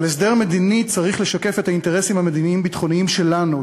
אבל הסדר מדיני צריך לשקף את האינטרסים המדיניים-ביטחוניים שלנו,